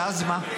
ואז מה?